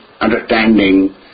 understanding